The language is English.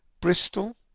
Bristol